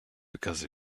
because